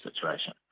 situation